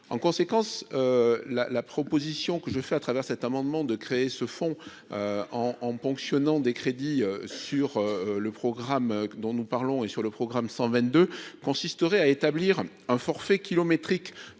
en conséquence la la proposition que je fais à travers cet amendement de créer ce fonds en en ponctionnant des crédits sur le programme, dont nous parlons et sur le programme 122 consisterait à établir un forfait kilométrique